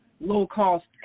low-cost